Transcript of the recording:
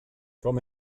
komm